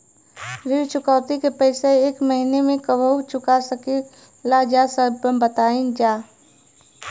ऋण चुकौती के पैसा एक महिना मे कबहू चुका सकीला जा बताईन जा?